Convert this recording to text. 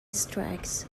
strikes